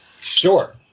Sure